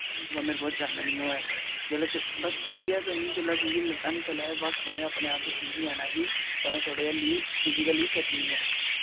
मेरे कोला चलन निं होऐ जेल्लै बस इ'यै जेल्लै तुं'दी लत्ता निं चलै ते बस तुसें अपने आप च समझी जाना कि तुसें थोह्ड़े हाली फिजिकली फिट निं ओ